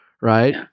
right